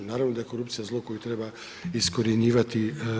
Naravno da je korupcija zlo koju treba iskorjenjivati.